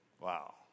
Wow